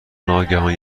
ناگهان